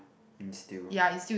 mm still